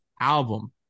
album